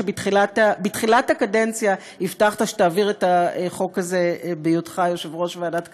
בתחילת הקדנציה שתעביר את החוק הזה בהיותך יושב-ראש ועדת הכלכלה,